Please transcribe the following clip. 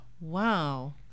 Wow